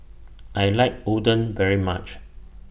I like Oden very much